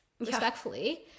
respectfully